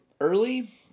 early